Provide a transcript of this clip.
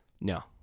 No